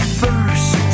first